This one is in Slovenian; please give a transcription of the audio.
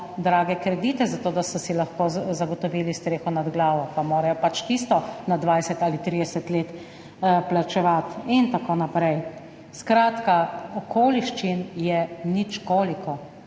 drage kredite, zato da so si lahko zagotovili streho nad glavo, pa morajo pač tisto na dvajset ali trideset let odplačevati, in tako naprej. Skratka, okoliščin je ničkoliko.